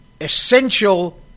essential